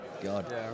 God